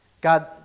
god